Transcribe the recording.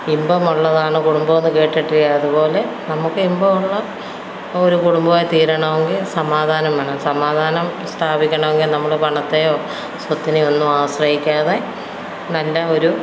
ഇമ്പമുള്ളതാണ് കുടുംബം എന്ന് കേട്ടിട്ടില്ലേ അതുപോലെ നമുക്ക് ഇമ്പം ഉള്ള ഒരു കുടുംബമായിത്തീരണം എങ്കിൽ സമാധാനം വേണം സമാധാനം സ്ഥാപിക്കുകയാണെങ്കിൽ നമ്മള് പണത്തെയോ സ്വത്തിനെയോ ഒന്നും ആശ്രയിക്കാതെ നല്ല ഒരു